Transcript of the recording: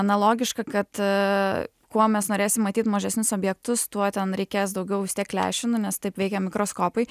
na logiška kad kuo mes norėsim matyt mažesnius objektus tuo ten reikės daugiau vis tiek lęšių nu nes taip veikia mikroskopai